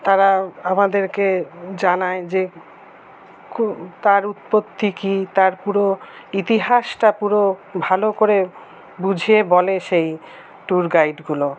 তারা আমাদেরকে জানায় যে তার উৎপত্তি কী তার পুরো ইতিহাসটা পুরো ভালো করে বুঝিয়ে বলে সেই ট্যুর গাইডগুলো